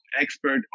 expert